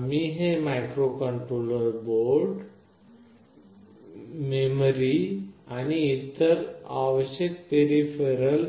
आम्ही हे microcontroller memory आणि इतर आवश्यक पेरिफेरल